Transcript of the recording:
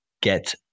get